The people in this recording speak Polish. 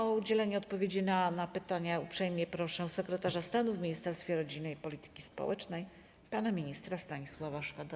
O udzielenie odpowiedzi na pytania uprzejmie proszę sekretarza stanu w Ministerstwie Rodziny i Polityki Społecznej pana ministra Stanisława Szweda.